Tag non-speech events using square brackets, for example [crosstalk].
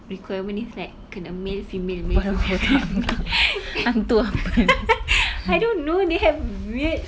requirement is like kena male female male female [noise] [laughs] I don't know they have weird